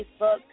Facebook